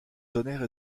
tonnerre